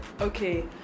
okay